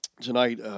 tonight